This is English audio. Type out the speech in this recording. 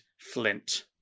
Flint